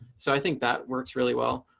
so i think that works really well.